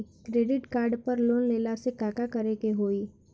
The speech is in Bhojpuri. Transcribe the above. क्रेडिट कार्ड पर लोन लेला से का का करे क होइ?